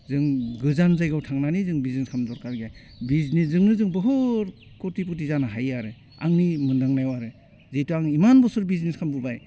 जों गोजान जायगायाव थांनानै जों बिजनेस खालामनो दरखार गैया बिजनेसजोंनो जों बुहुत कौटि कौटि जानो हायो आरो आंनि मोनदांनायाव आरो जिहेतु आं इमान बसर बिजनेस खालामबोबाय